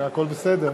הרי הכול בסדר.